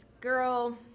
girl